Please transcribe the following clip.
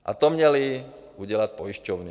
A to měly udělat pojišťovny.